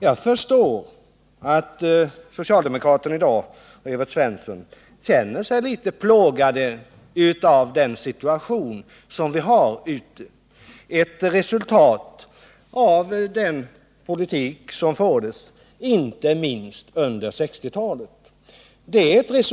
Jag förstår att socialdemokraterna och Evert Svensson i dag känner sig litet plågade av den situation som vi har ute i landet, ett resultat av den politik som fördes, inte minst under 1960-talet.